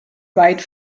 weit